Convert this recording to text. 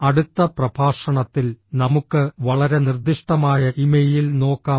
അടുത്ത പ്രഭാഷണത്തിൽ നമുക്ക് വളരെ നിർദ്ദിഷ്ടമായ ഇമെയിൽ നോക്കാം